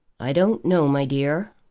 i don't know, my dear.